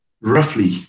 roughly